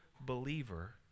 believer